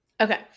Okay